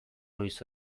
goiz